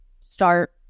start